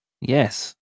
Yes